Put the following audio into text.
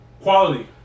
Quality